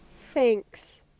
Thanks